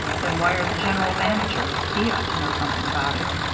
then wire the general manager. he ought to know something about it.